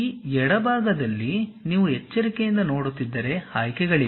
ಈ ಎಡ ಭಾಗದಲ್ಲಿ ನೀವು ಎಚ್ಚರಿಕೆಯಿಂದ ನೋಡುತ್ತಿದ್ದರೆ ಆಯ್ಕೆಗಳಿವೆ